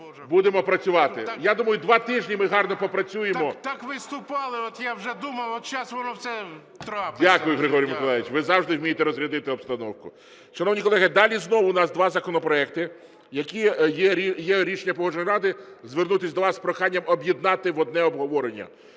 будемо працювати. Я думаю, два тижні ми гарно попрацюємо. МАМКА Г.М. Так виступали. От я вже думав, от зараз воно все трапиться. ГОЛОВУЮЧИЙ. Дякую, Григорій Миколайович. Ви завжди вмієте розрядити обстановку. Шановні колеги, далі знов у нас два законопроекти. Є рішення Погоджувальної ради звернутись до вас з проханням об'єднати в одне обговорення.